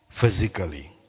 physically